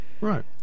Right